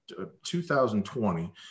2020